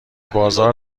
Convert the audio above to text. بازار